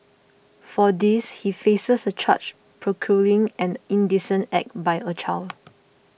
for this he faces a charge procuring an indecent act by a child